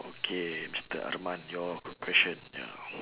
okay mister arman your question ya